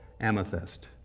Amethyst